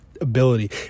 ability